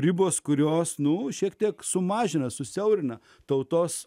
ribos kurios nu šiek tiek sumažina susiaurina tautos